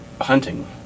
hunting